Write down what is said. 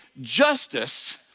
justice